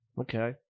Okay